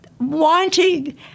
wanting